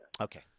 Okay